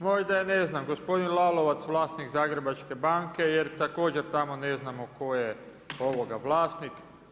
Možda je ne znam gospodin Lalovac vlasnik Zagrebačke banke jer također tamo ne znamo tko je vlasnik.